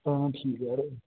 ओह् ठीक ऐ यरो